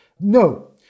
No